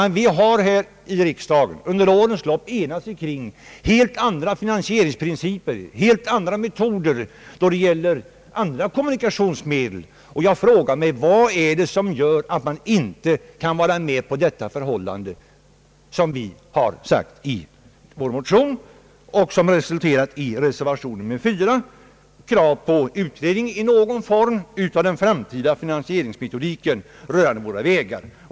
Under årens lopp har vi i riksdagen nått enighet om helt andra finansieringsprinciper beträffande andra kommunikationsmedel. Jag frågar därför varför utskottet inte har velat gå med på yrkandet i vår motion, vilket nu har resulterat i reservation 4 med krav på utredning i någon form av den framtida finansieringsmetodiken rörande våra vägar.